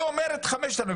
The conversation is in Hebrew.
היא אומרת חמשת אלפים.